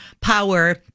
power